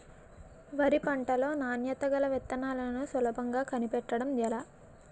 వరి పంట లో నాణ్యత గల విత్తనాలను సులభంగా కనిపెట్టడం ఎలా?